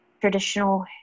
traditional